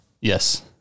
Yes